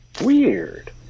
Weird